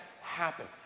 happen